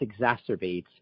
exacerbates